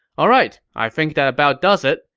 alright, i think that about does it.